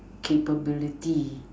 capability